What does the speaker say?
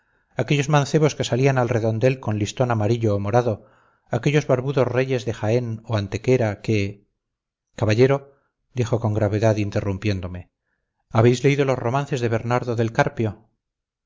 aquellos mancebos que salían al redondel con listón amarillo o morado aquellos barbudos reyes de jaén o antequera que caballero dijo con gravedad interrumpiéndome habéis leído los romances de bernardo del carpio